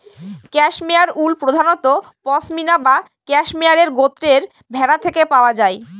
cashmere wool প্রধানত পসমিনা বা cashmere গোত্রের ভেড়া থেকে পাওয়া যায়